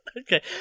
Okay